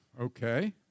okay